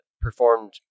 performed